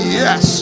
yes